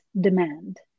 demand